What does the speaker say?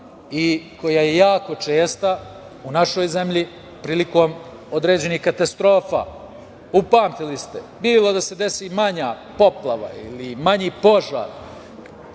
i koja je jako česta u našoj zemlji. Prilikom određenih katastrofa, upamtili ste, bilo da se desi manja poplava ili manji požar